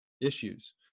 issues